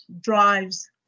drives